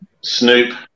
Snoop